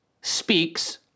speaks